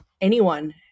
anyone-